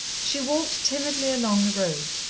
she walked timidly along the road,